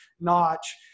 notch